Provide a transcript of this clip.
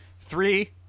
three